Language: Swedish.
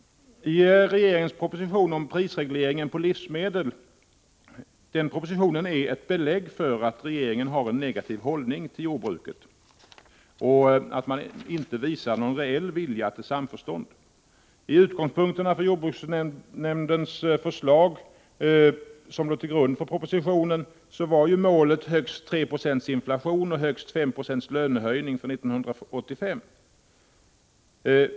Regeringens proposition om prisregleringen på livsmedel är ett belägg för regeringens negativa hållning till jordbruket och visar inte på någon reell vilja till samförstånd. I utgångspunkterna för jordbruksnämndens förslag, som låg till grund för propositionen, var målet högst 3 90 inflation och högst 5 960 lönehöjning för 1985.